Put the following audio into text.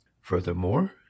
Furthermore